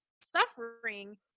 suffering